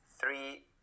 three